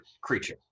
creature